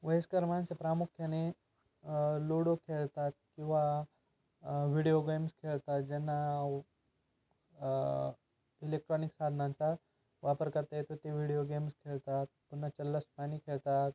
वयस्कर माणसे प्रामुख्याने लूडो खेळतात किंवा व्हिडिओ गेम्स खेळतात ज्यांना व इलेक्ट्रॉनिक साधनांचा वापर करता येतो ते व्हिडिओ गेम्स खेळतात पुन्हा चल्लस पाणी खेळतात